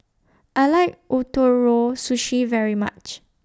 I like Ootoro Sushi very much